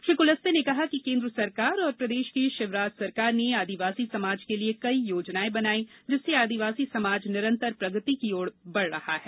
श्री कुलस्ते ने कहा कि केन्द्र सरकार और प्रदेश की शिवराज सरकार ने आदिवासी समाज के लिए कई योजनाएं बनाई जिससे आदिवासी समाज निरंतर प्रगति की ओर बढ रहा है